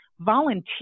volunteer